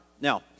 Now